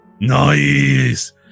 Nice